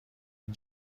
این